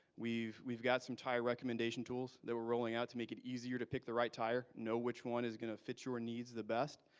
we've we've got some tie recommendation tools that we're rolling out to make it easier to pick the right tire, know which one is going to fit your needs the best.